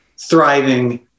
thriving